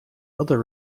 other